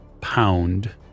pound